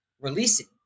releasing